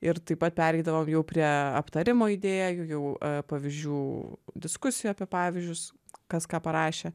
ir taip pat pereidavom jau prie aptarimo idėjų jau pavyzdžių diskusijų apie pavyzdžius kas ką parašė